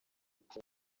miti